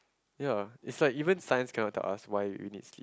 ya is like even Science cannot tell us why we need sleep